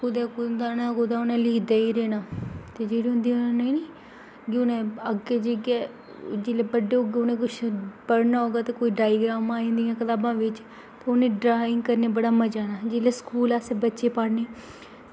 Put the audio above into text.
ते कुदै कुदै उ'नें लिखदे रौह्ना आं ते जेह्ड़े होंदे उ'नें अग्गें जाइयै ओह् जेल्लै बड्डे होगे ते उ'नें किश पढ़ना होगा ते कोई डाईग्रामां होंदियां किश तां उ'नें गी ड्राईंग करने गी मज़ा आना स्कूल अस बच्चे पाह्ने